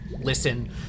listen